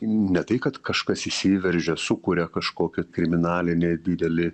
ne tai kad kažkas įsiveržia sukuria kažkokį kriminalinį didelį